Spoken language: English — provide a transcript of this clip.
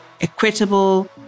equitable